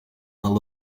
while